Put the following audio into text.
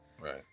Right